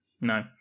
No